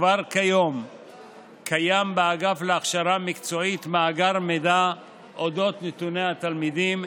כבר כיום קיים באגף להכשרה מקצועית מאגר מידע על נתוני התלמידים,